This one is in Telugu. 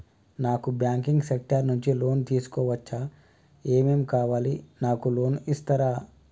నాకు బ్యాంకింగ్ సెక్టార్ నుంచి లోన్ తీసుకోవచ్చా? ఏమేం కావాలి? నాకు లోన్ ఇస్తారా?